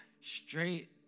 straight